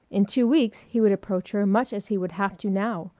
in two weeks he would approach her much as he would have to now,